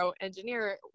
engineer